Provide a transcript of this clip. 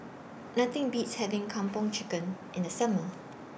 Nothing Beats having Kung Po Chicken in The Summer